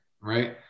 right